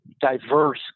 diverse